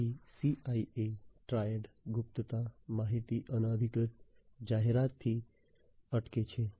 તેથી CIA triad ગુપ્તતા માહિતીના અનધિકૃત જાહેરાતથી અટકે છે